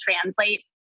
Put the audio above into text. translate